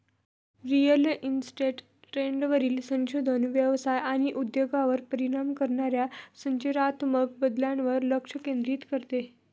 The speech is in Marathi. रिअल इस्टेट ट्रेंडवरील संशोधन व्यवसाय आणि उद्योगावर परिणाम करणाऱ्या संरचनात्मक बदलांवर लक्ष केंद्रित करते